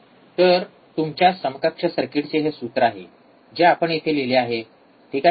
तर तुमच्या समकक्ष सर्किटचे हे सूत्र आहे जे आपण येथे लिहिले आहे ठीक आहे